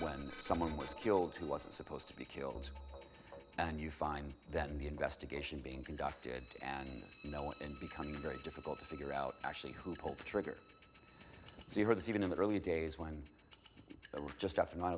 when someone was killed who wasn't supposed to be killed and you find that in the investigation being conducted and no one in becoming a very difficult to figure out actually who hope to trigger so you have this even in the early days when it was just after nine